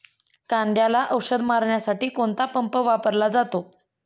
कांद्याला औषध मारण्यासाठी कोणता पंप वापरला जातो?